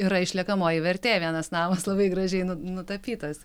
yra išliekamoji vertė vienas namas labai gražiai nutapytas